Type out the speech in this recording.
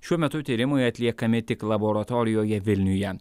šiuo metu tyrimai atliekami tik laboratorijoje vilniuje